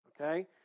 okay